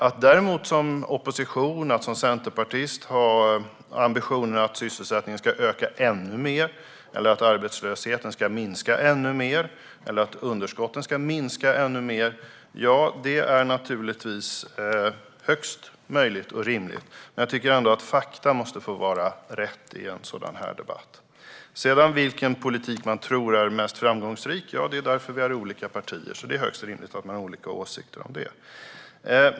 Att i opposition och som centerpartist ha ambitionen att sysselsättningen ska öka ännu mer, att arbetslösheten ska minska ännu mer eller att underskotten ska minska ännu mer är naturligtvis högst möjligt och rimligt. Men jag tycker ändå att fakta måste få vara rätt i en sådan här debatt. Vilken politik man sedan tror är mest framgångsrik - ja, det är högst rimligt att man har olika åsikter om det, och därför har vi olika partier.